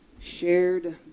shared